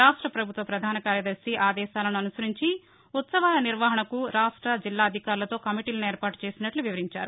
రాష్ట పభుత్వ పధాన కార్యదర్శి ఆదేశాలను అనుసరించి ఉత్సవాల నిర్వహణకు రాష్ట జిల్లా అధికారులతో కమిటీలను ఏర్పాటు చేసినట్ట వివరించారు